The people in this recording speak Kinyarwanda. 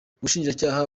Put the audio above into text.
ubushinjacyaha